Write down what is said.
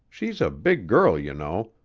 she's a big girl, you know,